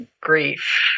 grief